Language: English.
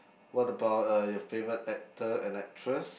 what about uh your favorite actor and actress